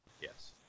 yes